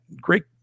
great